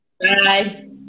Bye